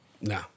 No